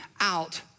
out